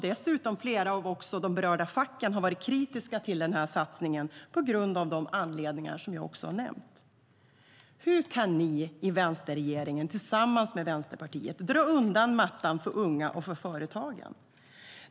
Dessutom har flera av de berörda facken varit kritiska till den här satsningen av anledningar som jag har nämnt. Hur kan ni i vänsterregeringen tillsammans med Vänsterpartiet dra undan mattan för unga och för företagen?